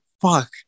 fuck